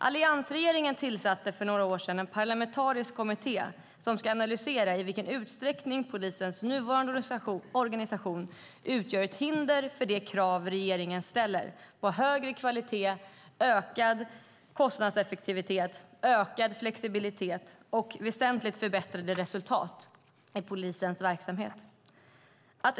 Alliansregeringen tillsatte för några år sedan en parlamentarisk kommitté som ska analysera i vilken utsträckning polisens nuvarande organisation utgör ett hinder för de krav regeringen ställer på högre kvalitet, ökad kostnadseffektivitet, ökad flexibilitet och väsentligt förbättrade resultat i polisens verksamhet.